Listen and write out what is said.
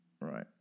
Right